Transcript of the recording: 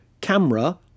camera